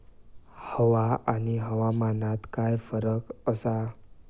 हवा आणि हवामानात काय फरक असा?